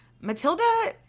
Matilda